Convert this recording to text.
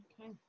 Okay